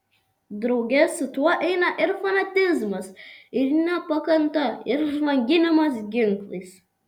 drauge su tuo eina ir fanatizmas ir nepakanta ir žvanginimas ginklais